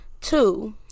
Two